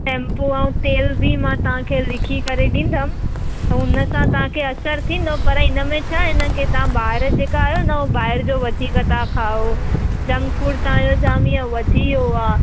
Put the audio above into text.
सेंपू ऐं तेलु बि मां तव्हांखे लिखी करे ॾींदमि पोइ उनसां तव्हांखे असरु थींदो पर इनमें छाहे न की तव्हां ॿार जेका आहियो न हू ॿाहिरि जो वधीक था खाओ जंक फूड तव्हांजो जामु इअं वधी वियो आहे